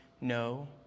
no